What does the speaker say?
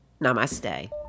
namaste